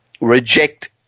reject